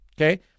okay